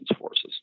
forces